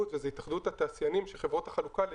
זאת אומרת,